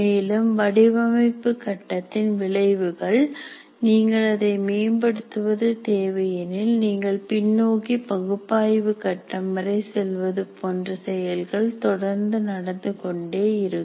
மேலும் வடிவமைப்பு கட்டத்தின் விளைவுகள் நீங்கள் அதை மேம்படுத்துவது தேவை எனில் நீங்கள் பின்னோக்கி பகுப்பாய்வு கட்டம் வரை செல்வது போன்ற செயல்கள் தொடர்ந்து நடந்து கொண்டே இருக்கும்